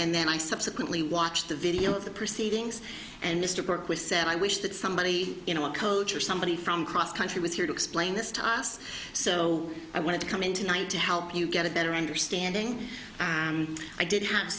and then i subsequently watched the video of the proceedings and mr bork was said i wish that somebody in a coach or somebody from cross country was here to explain this to us so i wanted to come in tonight to help you get a better understanding i did have